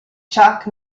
chuck